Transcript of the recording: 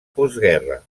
postguerra